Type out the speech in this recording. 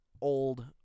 old